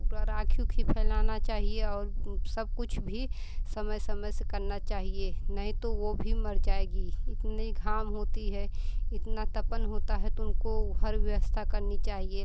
पूरी राखी ओखी फैलाना चाहिए और उंह सब कुछ भी समय समय से करना चाहिए नहीं तो वे भी मर जाएगी इतनी घाम होती है इतना तपन होता है तो उनको हर व्यवस्था करनी चाहिए